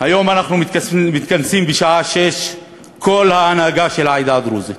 היום בשעה 18:00 מתכנסת כל ההנהגה של העדה הדרוזית.